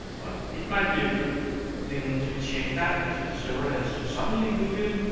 but it might be a good thing to check that, if the server has suddenly booted,